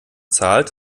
zahlt